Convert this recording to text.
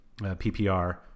PPR